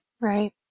Right